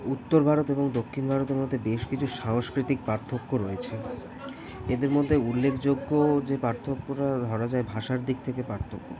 উত্তর ভারত এবং দক্ষিণ ভারতের মধ্যে বেশ কিছু সাংস্কৃতিক পার্থক্য রয়েছে এদের মধ্যে উল্লেখযোগ্য যে পার্থক্যটা ধরা যায় ভাষার দিক থেকে পার্থক্য